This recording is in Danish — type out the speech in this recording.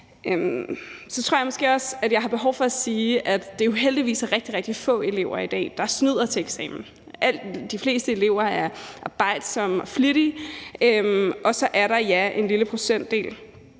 jo heldigvis er rigtig, rigtig få elever i dag, der snyder til eksamen. De fleste elever er arbejdsomme og flittige, og så er der, ja, en lille procentdel,